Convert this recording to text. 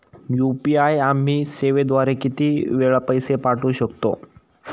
UPI आम्ही सेवेद्वारे किती वेळा पैसे पाठवू शकतो?